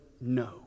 no